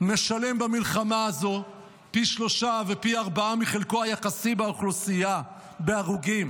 משלם במלחמה הזו פי שלושה ופי ארבעה מחלקו היחסי באוכלוסייה בהרוגים.